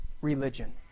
religion